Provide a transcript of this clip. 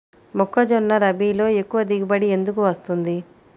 మొక్కజొన్న రబీలో ఎక్కువ దిగుబడి ఎందుకు వస్తుంది?